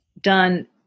done